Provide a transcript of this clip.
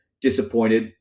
disappointed